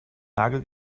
nagel